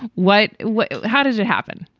what what how does it happen?